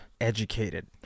educated